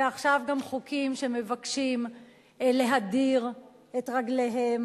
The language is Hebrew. ועכשיו גם חוקים שמבקשים להדיר את רגליהם